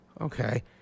okay